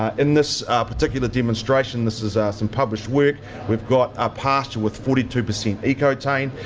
in this particular demonstration this is ah some published work we've got a pasture with forty two percent ecotain.